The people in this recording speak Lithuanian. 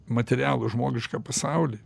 materialų žmogišką pasaulį